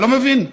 לא מבין.